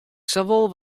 sawol